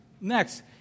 Next